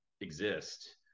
exist